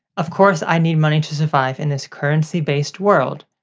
of course i need money to survive in this currency-based world.